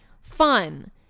fun